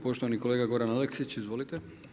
Poštovani kolega Goran Aleksić, izvolite.